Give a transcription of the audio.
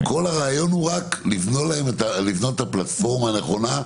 כל הרעיון הוא רק לבנות את הפלטפורמה הנכונה.